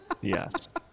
Yes